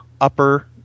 upper